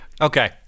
Okay